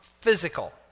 physical